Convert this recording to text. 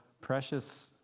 precious